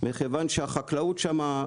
מכיוון שהחקלאות שמה,